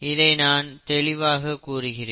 இதை நான் தெளிவாக கூறுகிறேன்